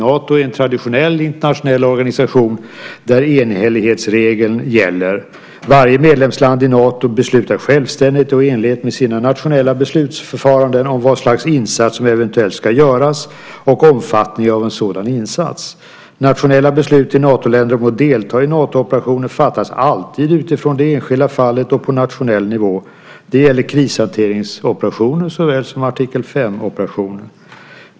Nato är en traditionell internationell organisation där enhällighetsregeln gäller. Varje medlemsland i Nato beslutar självständigt och i enlighet med sina nationella beslutsförfaranden om vad slags insats som eventuellt ska göras och omfattningen av en sådan insats. Nationella beslut i Natoländer om att delta i Natooperationer fattas alltid utifrån det enskilda fallet och på nationell nivå. Det gäller krishanteringsoperationer såväl som artikel 5-operationer.